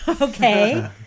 Okay